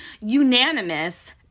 unanimous